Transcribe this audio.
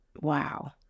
Wow